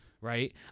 Right